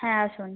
হ্যাঁ আসুন